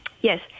Yes